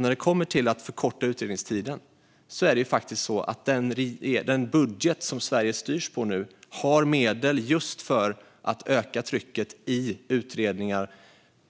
När det gäller att förkorta utredningstiden är det faktiskt så att den budget som Sverige styrs på nu har medel just för att öka trycket i utredningar